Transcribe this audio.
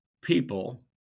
people